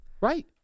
Right